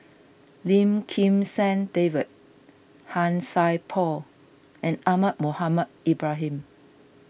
Lim Kim San David Han Sai Por and Ahmad Mohamed Ibrahim